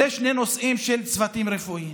אלה שני נושאים של צוותים רפואיים.